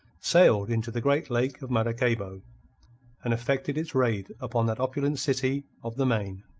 sailed into the great lake of maracaybo and effected its raid upon that opulent city of the main.